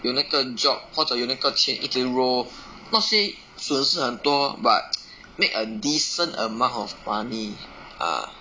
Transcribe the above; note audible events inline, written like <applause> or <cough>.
有那个 job 或者有那个钱一直 roll not say 损失很多 but <noise> make a decent amount of money ah